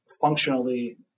functionally